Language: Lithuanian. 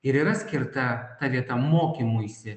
ir yra skirta ta vieta mokymuisi